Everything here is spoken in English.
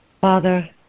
Father